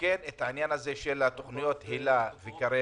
שאת העניין של תוכניות היל"ה, קרב